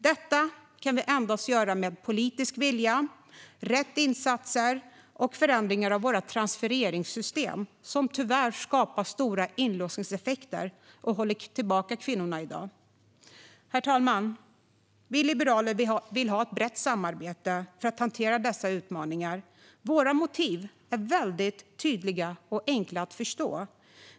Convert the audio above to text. Detta kan vi endast göra med politisk vilja, rätt insatser och förändringar av våra transfereringssystem, som tyvärr skapar stora inlåsningseffekter och i dag håller tillbaka kvinnorna. Herr talman! Vi liberaler vill ha ett brett samarbete för att hantera dessa utmaningar. Våra motiv är väldigt tydliga och enkla att förstå.